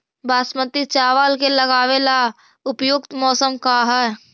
बासमती चावल के लगावे ला उपयुक्त मौसम का है?